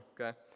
okay